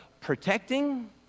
protecting